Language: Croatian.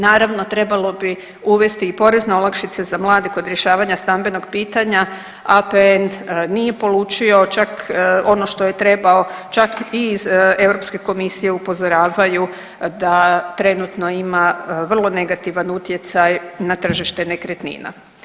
Naravno trebalo bi uvesti i porezne olakšice za mlade kod rješavanja stambenog pitanja APN nije polučio čak ono što je trebao, čak i iz Europske komisije upozoravaju da trenutno ima vrlo negativan utjecaj na tržište nekretnina.